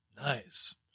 Nice